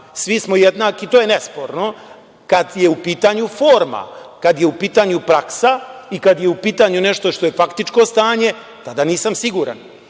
Svi smo jednaki, to je nesporno, kada je u pitanju forma, kada je u pitanju praksa i kada je u pitanju nešto što je faktičko stanje, tada nisam siguran. Ja